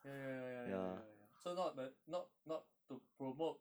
ya ya ya ya ya ya ya so not the not not to promote